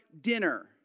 dinner